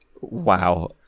Wow